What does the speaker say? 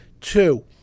Two